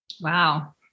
Wow